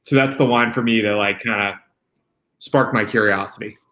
that's the wine for me that like and sparked my curiosity.